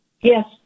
Yes